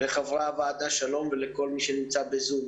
שלום לחברי הוועדה ולכל מי שנמצא בזום.